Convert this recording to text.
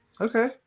Okay